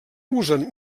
usen